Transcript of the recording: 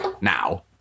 now